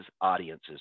audiences